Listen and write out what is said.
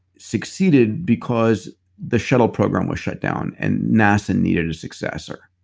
succeeded because the shuttle program was shut down, and nasa needed a successor.